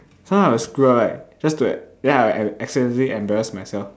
sometimes I would screw up right just to ya I will I accidentally embarrass myself